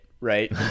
right